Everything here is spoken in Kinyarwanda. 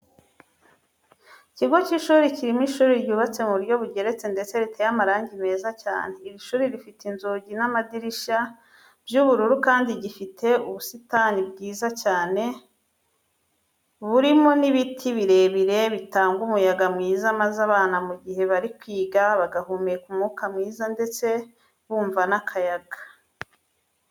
Ikigo cy'ishuri kirimo ishuri ryubatse mu buryo bugeretse ndetse riteye amarangi meza cyane. Iri shuri rifite inzugi n'amadirishya by'ubururu kandi gifite ubusitani bwiza cyane burimo n'ibiti birebire bitanga umuyaga mwiza maze abana mu gihe bari kwiga bagahumeka umwuka mwiza ndetse bumva n'akayaga.